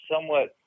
somewhat